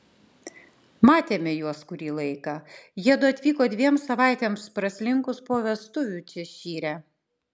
matėme juos kurį laiką jiedu atvyko dviem savaitėms praslinkus po vestuvių češyre